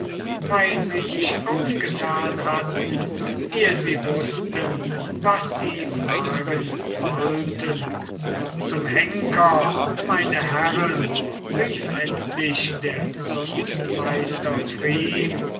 weil sie sich aufgetan hatten eh sie wußten was sie fragen wollten zum henker meine herren rief endlich der zunftmeister